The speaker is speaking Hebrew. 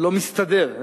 מסתדר,